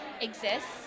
exists